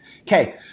Okay